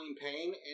pain